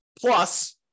Plus